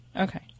Okay